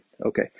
Okay